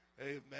Amen